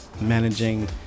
managing